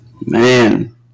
man